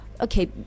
okay